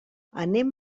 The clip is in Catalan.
anem